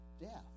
death